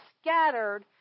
scattered